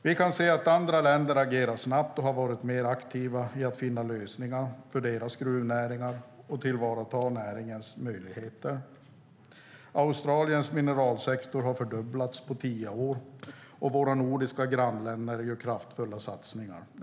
Vi kan se att andra länder agerar snabbt och har varit mer aktiva för att finna lösningar för sina gruvnäringar och tillvarata näringens möjligheter. Australiens mineralsektor har fördubblats på tio år, och våra nordiska grannländer gör kraftfulla satsningar.